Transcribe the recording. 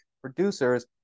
producers